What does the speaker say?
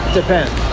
depends